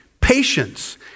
patience